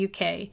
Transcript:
UK